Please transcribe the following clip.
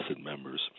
members